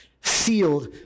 sealed